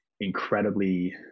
incredibly